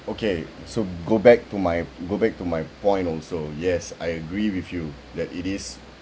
okay so go back to my go back to my point also yes I agree with you that it is